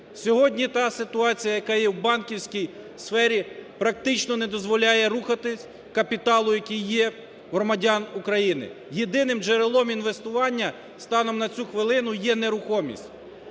Сьогодні та ситуація, яка є в банківській сфері, практично не дозволяє рухатися капіталу, який є у громадян України. Єдиним джерелом інвестування, станом на цю хвилину, є нерухомість.